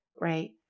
right